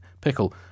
pickle